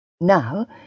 Now